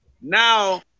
Now